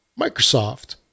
Microsoft